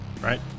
right